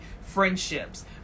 friendships